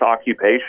occupation